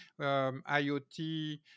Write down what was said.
IoT